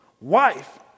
wife